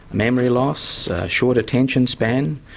memory loss, a short attention span,